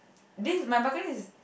this is my bucket list